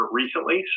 recently